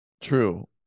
True